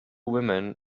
women